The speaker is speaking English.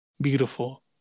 Beautiful